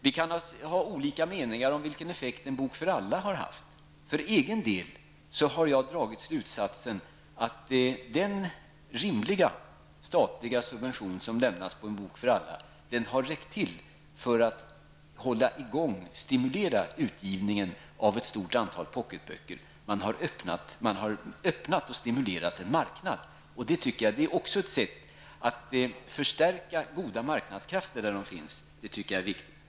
Vi kan ha olika meningar om vilken effekt En bok för alla har haft. För egen del har jag dragit slutsatsen att den rimliga statliga subvention som lämnas till En bok för alla har varit tillräcklig för att hålla i gång och stimulera utgivningen av ett stort antal pocketböcker. Man har öppnat och stimulerat en marknad. Det är också ett sätt att förstärka goda marknadskrafter där sådana finns, och det anser jag vara viktigt.